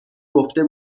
گفته